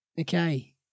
Okay